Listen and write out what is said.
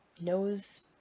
knows